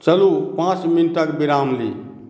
चलू पाँच मिनटक विराम ली